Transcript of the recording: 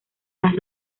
las